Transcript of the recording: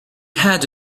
had